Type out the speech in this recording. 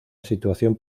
situación